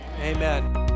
amen